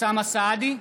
אוסאמה סעדי,